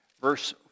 verse